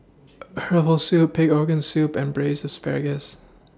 Herbal Soup Pig'S Organ Soup and Braised Asparagus